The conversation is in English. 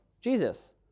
Jesus